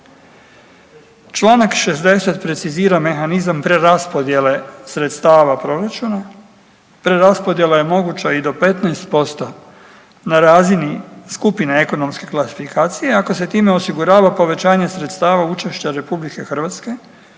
Čl. 60 precizira mehanizam preraspodjele sredstava proračuna, preraspodjela je moguća i do 15% na razini skupine ekonomske klasifikacije, ako se time osigurava povećanje sredstava učešća RH odnosno